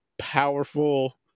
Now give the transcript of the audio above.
Powerful